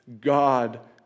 God